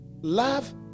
Love